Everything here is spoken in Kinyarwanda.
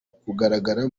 kugaragara